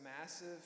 massive